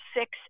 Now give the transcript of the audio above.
six